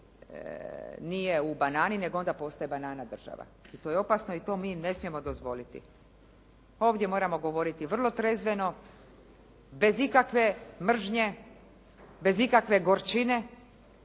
nije u banani, nego onda postaje banana država. I to je opasno i to ne smijemo dozvoliti. Ovdje moramo govoriti vrlo trezveno, bez ikakve mržnje, bez ikakve gorčine.